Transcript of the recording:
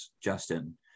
Justin